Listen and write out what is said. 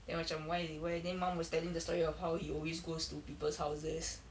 then macam why why then mum was telling the story of how he always goes to people's houses